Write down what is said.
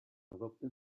adopta